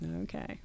Okay